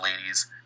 ladies